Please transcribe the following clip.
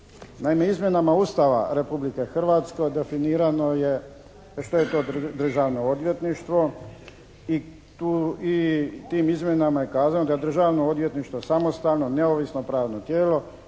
izmjenama Ustava Republike Hrvatske definirano je što je to Državno odvjetništvo i tu, tim izmjenama je kazano da je Državno odvjetništvo samostalno, neovisno pravno tijelo